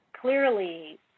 clearly